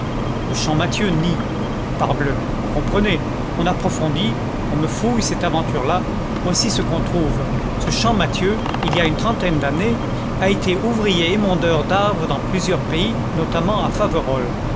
le champmathieu nie parbleu vous comprenez on approfondit on me fouille cette aventure là voici ce qu'on trouve ce champmathieu il y a une trentaine d'années a été ouvrier émondeur d'arbres dans plusieurs pays notamment à faverolles